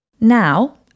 Now